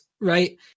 right